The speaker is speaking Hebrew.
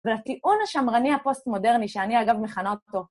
ולטיעון השמרני הפוסט-מודרני שאני אגב מכנה אותו,